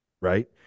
right